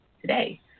today